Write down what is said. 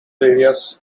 areas